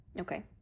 okay